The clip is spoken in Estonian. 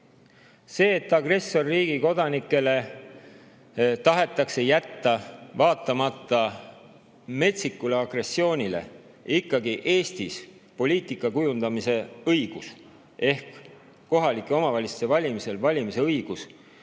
et agressorriigi kodanikele tahetakse jätta vaatamata metsikule agressioonile ikkagi Eestis poliitika kujundamise õigus ehk kohalike omavalitsuste valimistel valimise õigus,